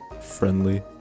Friendly